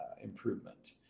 improvement